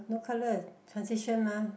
no colour transition mah